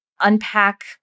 unpack